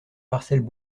parcelles